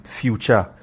future